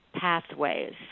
pathways